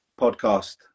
podcast